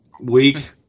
week